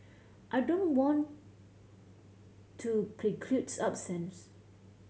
I don't want to preclude options